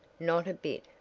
not a bit,